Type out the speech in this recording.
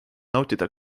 nautida